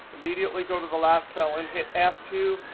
immediately go to the last cell and hit f two.